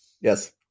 yes